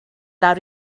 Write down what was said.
lawr